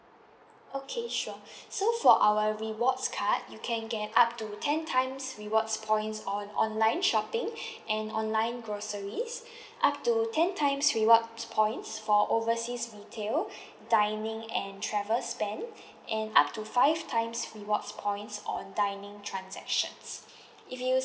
okay sure so for our rewards card you can get up to ten times rewards points on online shopping and online groceries up to ten times rewards points for overseas retail dining and travel spent and up to five times rewards points on dining transactions if you